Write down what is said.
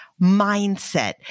mindset